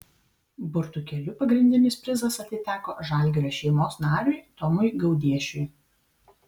burtų keliu pagrindinis prizas atiteko žalgirio šeimos nariui tomui gaudiešiui